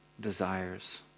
desires